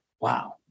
Wow